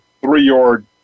three-yard